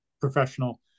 professional